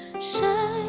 shine